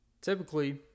typically